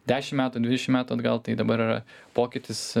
dešim metų dvidešim metų atgal tai dabar pokytis